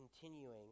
continuing